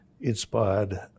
inspired